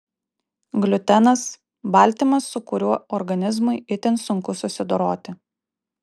gliutenas baltymas su kuriuo organizmui itin sunku susidoroti